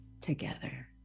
together